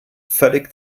völlig